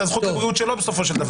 זה הזכות לבריאות שלו בסופו של דבר.